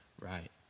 Right